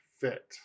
fit